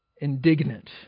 indignant